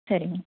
சரிங்க